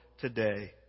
today